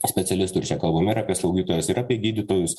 specialistų ir čia kalbam ir apie slaugytojas ir apie gydytojus